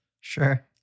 Sure